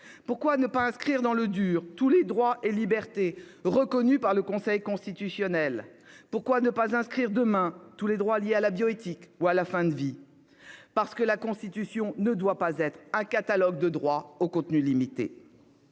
Pourquoi ne pas inscrire dans le dur tous les droits et libertés reconnus par le Conseil constitutionnel ? Pourquoi ne pas inscrire demain tous les droits liés à la bioéthique ou à la fin de vie ? Parce que notre Constitution ne doit pas être un catalogue de droits au contenu limité.